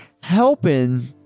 helping